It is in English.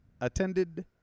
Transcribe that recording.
attended